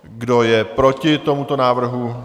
Kdo je proti tomuto návrhu?